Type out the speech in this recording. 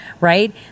Right